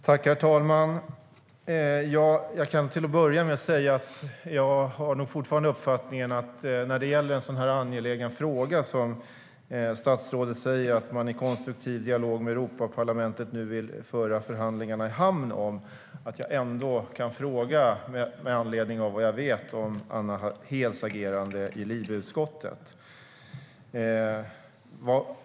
Herr talman! När det gäller en sådan här angelägen fråga, som statsrådet säger att man i konstruktiv dialog med Europaparlamentet vill föra förhandlingarna i hamn om, har jag nog fortfarande uppfattningen att jag ändå kan ställa frågan med anledning av vad jag vet om Anna Hedhs agerande i LIBE-utskottet.